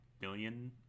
billion